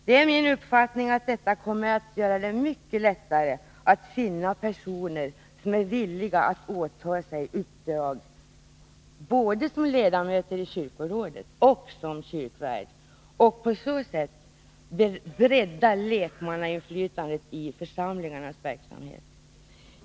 Det är min uppfattning att detta kommer att göra det mycket lättare att finna personer som är villiga att åta sig uppdrag både som ledamöter i kyrkorådet och som kyrkvärd och på så sätt bredda lekmannainflytandet i församlingarnas verksamhet.